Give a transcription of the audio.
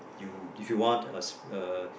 you if you want us uh